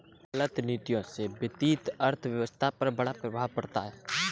गलत नीतियों से वित्तीय अर्थव्यवस्था पर बड़ा असर पड़ता है